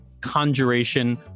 conjuration